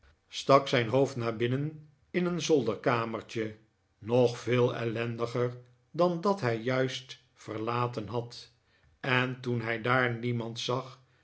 stak zijn hoofd naar binnen in een zolderkamertje nog veel ellendiger dan dat hij zoo juist verlaten had en toen hij daar niemand zag